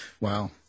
Wow